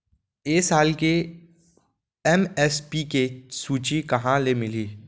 ए साल के एम.एस.पी के सूची कहाँ ले मिलही?